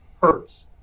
Hurts